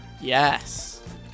yes